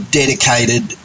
dedicated